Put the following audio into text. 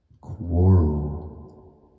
quarrel